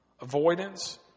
avoidance